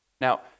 Now